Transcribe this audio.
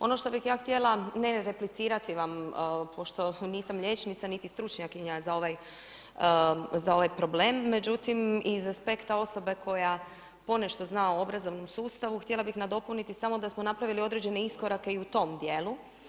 Ono što bi ja htjela ne replicirati vam, pošto nisam liječnica niti stručnjakinja za ovaj problem, međutim iz aspekta osobe koja ponešto zna o obrazovnom sustavu, htjela bih nadopuniti samo da smo napravili određene iskorake i u tom dijelu.